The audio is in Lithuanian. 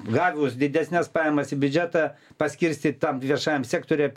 gavus didesnes pajamas į biudžetą paskirstyt tam viešajam sektoriui apie